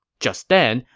just then,